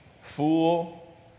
fool